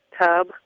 tub